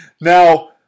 Now